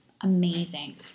amazing